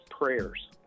Prayers